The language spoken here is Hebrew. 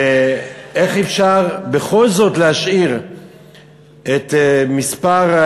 ואיך אפשר בכל זאת להשאיר את מספר,